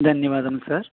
ధన్యవాదములు సార్